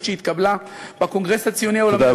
שהתקבלה בקונגרס הציוני העולמי ה-37,